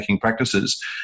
practices